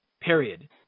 period